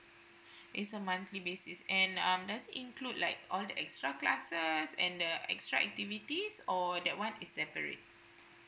is a monthly basis and um that's include like on extra classes and the extra activities or that one is separate